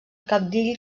cabdill